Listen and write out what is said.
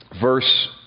verse